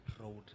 road